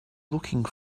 looking